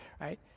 right